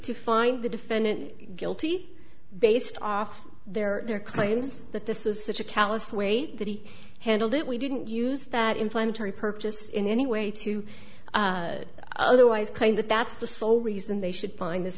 to find the defendant guilty based off their their claims that this is such a callous way that he handled it we didn't use that inflammatory purpose in any way to otherwise claim that that's the sole reason they should find this